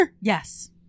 Yes